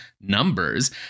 numbers